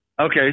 Okay